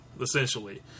essentially